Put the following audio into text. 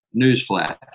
newsflash